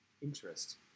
interest